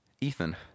Ethan